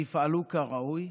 יפעלו כראוי,